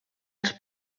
els